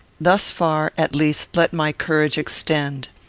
thus far, at least, let my courage extend.